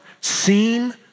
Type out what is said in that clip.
seen